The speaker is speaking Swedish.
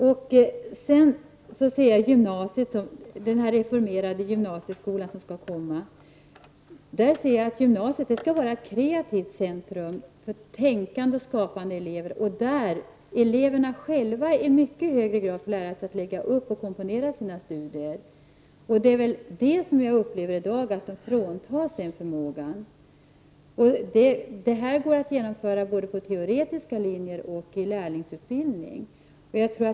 När det gäller den reformerade gymnasieskola som skall komma vill jag att gymnasiet skall vara ett kreativt centrum för tänkande och skapande elever, där eleverna själva i mycket högre grad skall få lära sig att lägga upp och komponera sina studier. I dag upplever jag att de fråntas den förmågan. Det här går att genomföra både på teoretiska linjer och i lärlingsutbildning.